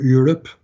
Europe